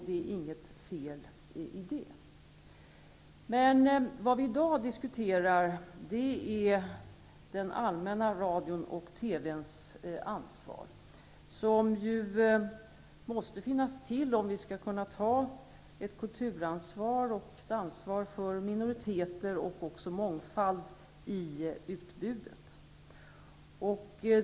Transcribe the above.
Det är inget fel i det. I dag diskuterar vi den allmänna radions och televisionens ansvar. Det måste finnas om vi skall kunna ta ett kulturansvar och ett ansvar för minoriteter och mångfald i utbudet.